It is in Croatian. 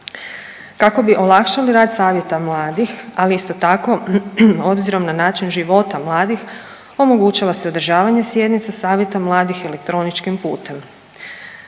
Kako bi olakšali rad savjeta mladih, ali isto tako obzirom na način života mladih, omogućava se održavanje sjednica savjeta mladih elektroničkim putem.